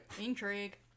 Intrigue